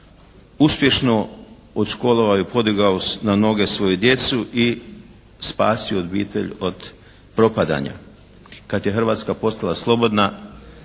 uspješno odškolovao i podigao na noge svoju djecu i spasio obitelj od propadanja. Kad je Hrvatska postala slobodna